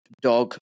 dog